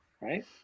right